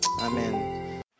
Amen